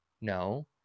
No